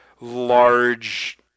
large